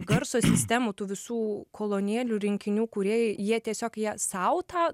garso sistemų tų visų kolonėlių rinkinių kūrėjai jie tiesiog ją sau tą